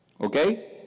Okay